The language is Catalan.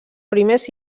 primers